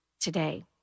today